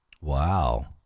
Wow